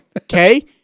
Okay